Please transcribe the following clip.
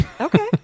Okay